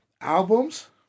Albums